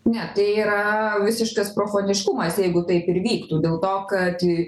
ne tai yra visiškas profaniškumas jeigu taip ir vyktų dėl to kad